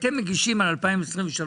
אתם מגישים על 2024-2023,